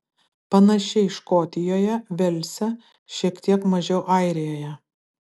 panašiai škotijoje velse šiek tiek mažiau airijoje